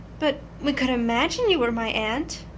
but we could imagine you were my aunt.